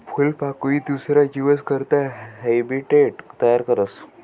फूलपाकोई दुसरा जीवस करता हैबीटेट तयार करस